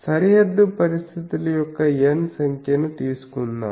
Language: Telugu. సరిహద్దు పరిస్థితుల యొక్క N సంఖ్యను తీసుకుందాం